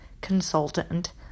Consultant